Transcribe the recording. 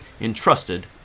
entrusted